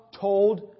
told